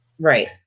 Right